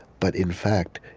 but, in fact,